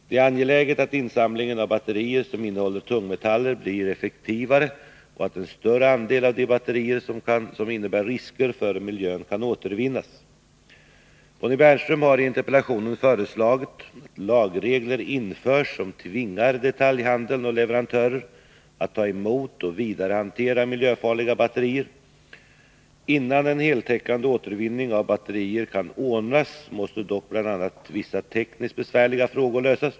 Det är angeläget att insamlingen av batterier som innehåller tungmetaller blir effektivare och att en större andel av de batterier som innebär risker för miljön kan återvinnas. Bonnie Bernström har i interpellationen föreslagit att lagregler införs som tvingar detaljhandel och leverantörer att ta emot och vidarehantera miljöfarliga batterier. Innan en heltäckande återvinning av batterier kan ordnas måste dock bl.a. vissa tekniskt besvärliga frågor lösas.